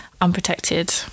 unprotected